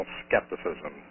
skepticism